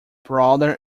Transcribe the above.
brother